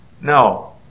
No